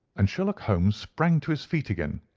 and sherlock holmes sprang to his feet again.